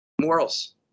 morals